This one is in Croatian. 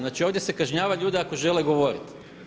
Znači, ovdje se kažnjava ljude ako žele govoriti.